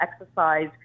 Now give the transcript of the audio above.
exercise